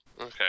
Okay